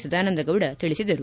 ಸದಾನಂದಗೌಡ ತಿಳಿಸಿದರು